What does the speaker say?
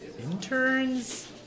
interns